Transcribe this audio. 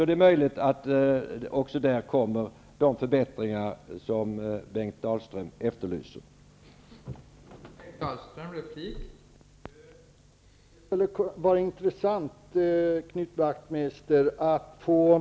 Det är möjligt att också de förbättringar som Bengt Dalström efterlyser på det området kommer.